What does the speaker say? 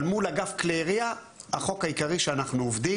אבל מול אגף כלי ירייה החוק העיקרי שאנחנו עובדים